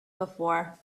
before